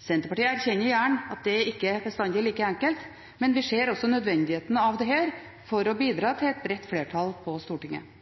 Senterpartiet erkjenner gjerne at det ikke bestandig er like enkelt, men vi ser også nødvendigheten av dette her for å bidra til et bredt flertall på Stortinget.